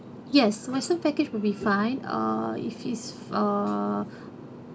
yes western package will be fine uh if is uh